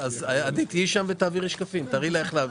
החינוך וגם גאה בה.